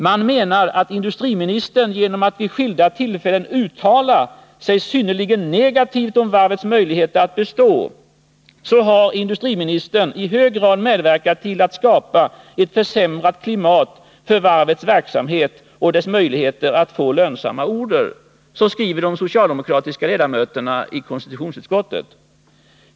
Man menar att industriministern genom att vid skilda tillfällen ha uttalat sig synnerligen negativt om varvets möjligheter att bestå i hög grad har medverkat till att skapa ett försämrat klimat för varvets verksamhet och dess möjligheter att få lönsamma order. Så skriver de socialdemokratiska ledamöterna i konstitutionsutskottet.